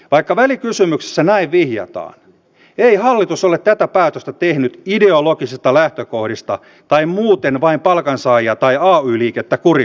vaikka välikysymyksessä näin vihjataan ei hallitus ole tätä päätöstä tehnyt ideologisista lähtökohdista tai muuten vain palkansaajia tai ay liikettä kurittaakseen